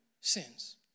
sins